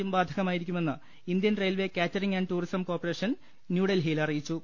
യും ബാധക മായിരിക്കുമെന്ന് Indian railway catering and tourism corporation ന്യൂഡൽഹിയിൽ അറിയിച്ചു